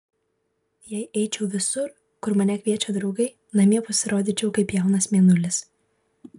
jei eičiau visur kur mane kviečia draugai namie pasirodyčiau kaip jaunas mėnulis